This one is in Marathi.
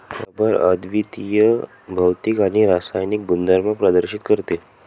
रबर अद्वितीय भौतिक आणि रासायनिक गुणधर्म प्रदर्शित करते